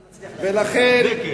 לכן,